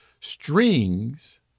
strings